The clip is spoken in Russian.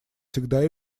всегда